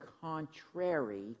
contrary